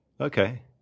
Okay